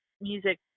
music